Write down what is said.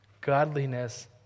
godliness